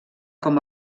com